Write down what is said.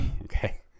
Okay